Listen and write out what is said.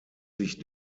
sich